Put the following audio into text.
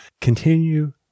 continue